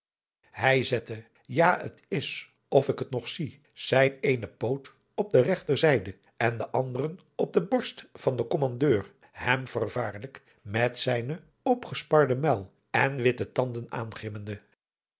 hij zette ja t is of ik het nog zie zijn eenen poot op de regter zijde en den anderen op de borst van den kommandeur hem vervaarlijk met zijnen opgesparden muil en witte tanden